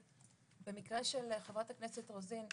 במקרה של חברת הכנסת רוזין,